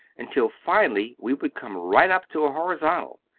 until finally we would come right up to a horizontal.